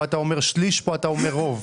פה אמרת "שליש" ופה אמרת "רוב".